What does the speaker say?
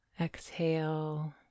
Exhale